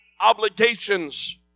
obligations